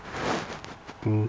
mm